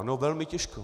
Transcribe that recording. No velmi těžko.